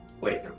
Wait